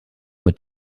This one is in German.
mit